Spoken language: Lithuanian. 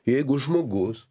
jeigu žmogus